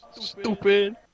Stupid